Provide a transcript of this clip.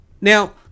Now